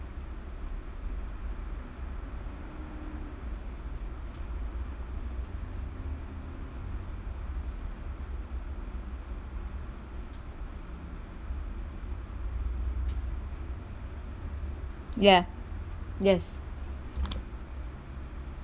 ya yes